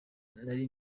nari